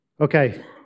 Okay